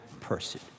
person